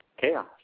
chaos